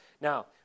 now